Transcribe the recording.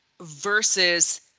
versus